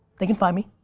they can find me.